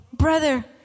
brother